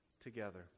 together